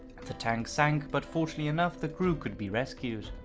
the tank sank, but fortunately enough the crew could be rescued.